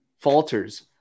falters